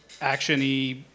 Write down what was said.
action-y